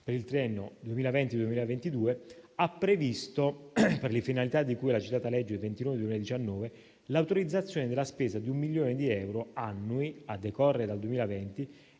per il triennio 2020-2022, ha previsto, per le finalità di cui alla citata legge n. 29 del 2019, l'autorizzazione della spesa di un milione di euro annui a decorrere dall'anno